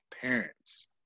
parents